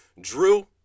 Drew